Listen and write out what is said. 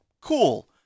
cool